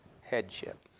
headship